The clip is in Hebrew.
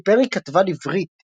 לילי פרי כתבה לברית